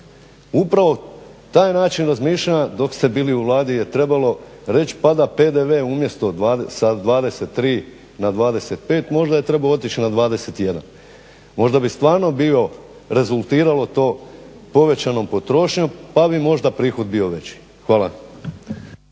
Upravo taj način razmišljanja dok ste bili u Vladi je trebalo reći pada PDV sa 23 na 25, možda je trebao otići na 21. Možda bi stvarno bio, rezultiralo to povećanom potrošnjom pa bi možda prihod bio veći. Hvala.